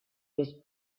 was